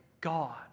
God